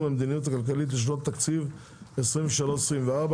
המדיניות הכלכלית לשנות התקציב 2023 ו- 2004),